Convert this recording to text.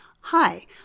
Hi